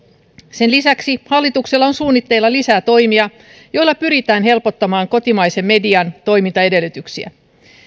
sen lisäksi hallituksella on suunnitteilla lisää toimia joilla pyritään helpottamaan kotimaisen median toimintaedellytyksiä